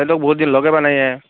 এ তোক বহুতদিন লগেই পোৱা নাই এ